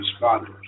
responders